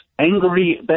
Angry